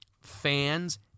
fans